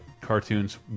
cartoons